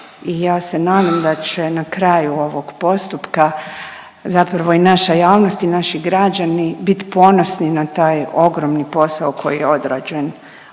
i ja se nadam da će na kraju ovog postupka zapravo i naša javnost i naši građani bit ponosni na taj ogromni posao koji je odrađen